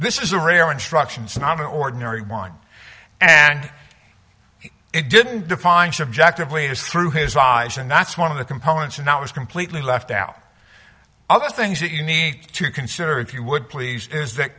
this is a rare instructions and i'm an ordinary want and it didn't define subjectively is through his eyes and that's one of the components and i was completely left out other things that you need to consider if you would please